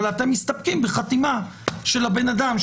אבל אתם מסתפקים בחתימה של הבן אדם,